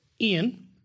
Ian